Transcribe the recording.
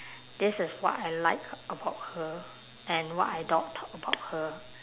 this is what I like about her and what I don't talk about her